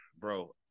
bro